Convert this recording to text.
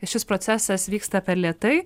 šis procesas vyksta per lėtai